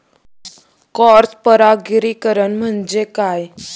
Cross परागीकरण म्हणजे काय?